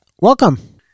Welcome